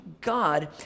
God